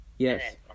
Yes